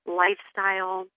lifestyle